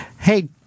Hey